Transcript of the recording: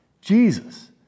Jesus